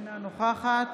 אינה נוכחת